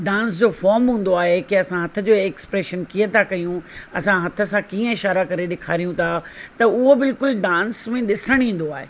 dance जो form हूंदो आहे की असां हथ जो एक्सप्रेशन कीअं था कयूं असां हथ सां कीअं इशारा करे ॾिखारियूं था त उहो बिल्कुलु डांस में ॾिसण ईंदो आहे